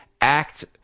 act